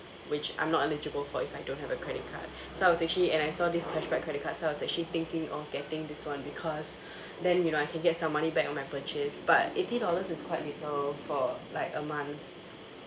which I'm not eligible for if I don't have a credit card so I was actually and I saw this cashback credit card so I was actually thinking of getting this [one] because then you know I can get some money back on my purchase but eighty dollars is quite little for like a month